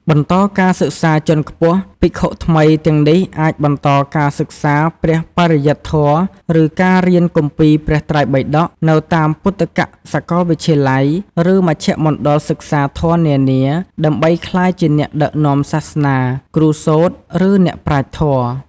បន្តការសិក្សាជាន់ខ្ពស់ ភិក្ខុថ្មីទាំងនេះអាចបន្តការសិក្សាព្រះបរិយត្តិធម៌ ឬ ការរៀនគម្ពីរព្រះត្រៃបិដក នៅតាមពុទ្ធិកសាកលវិទ្យាល័យ ឬមជ្ឈមណ្ឌលសិក្សាធម៌នានា ដើម្បីក្លាយជាអ្នកដឹកនាំសាសនា គ្រូសូត្រ ឬអ្នកប្រាជ្ញធម៌។